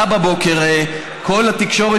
החוץ, בכלכלה,